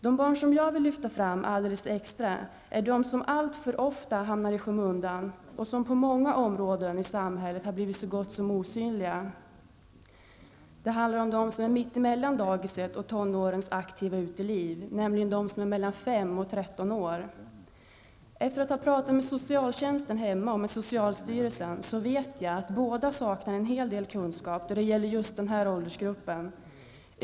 De barn som jag vill lyfta fram alldeles extra är de som alltför ofta hamnar i skymundan och som på många områden i samhället har blivit så gott som osynliga. Det handlar om de barn som är mitt emellan dagiset och tonårens aktiva uteliv, nämligen de som är mellan 5 och 13 år. Efter att ha talat med socialtjänsten hemma och socialstyrelsen vet jag att båda saknar en hel del kunskap då det gäller just den här åldersgruppen.